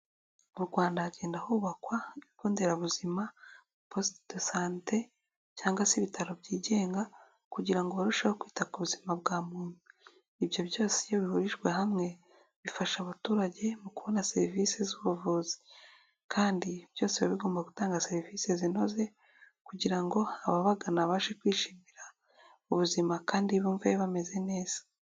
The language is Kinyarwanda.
Mu Rwanda hagenda hubakwa ibigo nderabuzima, posite do sante cyangwa se ibitaro byigenga, kugira ngo barusheho kwita ku buzima bwa muntu. Ibyo byose iyo bihurijwe hamwe bifasha abaturage mu kubona serivisi z'ubuvuzi, kandi byose biba bigomba gutanga serivisi zinoze, kugira ngo ababagana babashe kwishimira ubuzima, kandi bumve bameze neza.